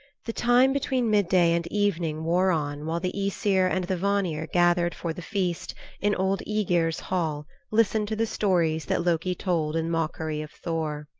the time between midday and evening wore on while the aesir and the vanir gathered for the feast in old aegir's hall listened to the stories that loki told in mockery of thor.